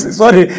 sorry